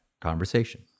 conversation